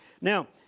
Now